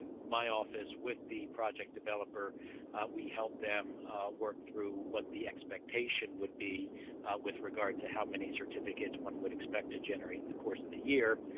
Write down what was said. my office with the project developer we help them work through what the expectation would be with regard to how many certificated one would expect to generate in the course of the year.